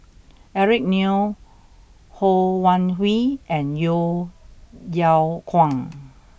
Eric Neo Ho Wan Hui and Yeo Yeow Kwang